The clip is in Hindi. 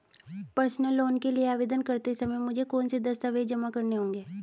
पर्सनल लोन के लिए आवेदन करते समय मुझे कौन से दस्तावेज़ जमा करने होंगे?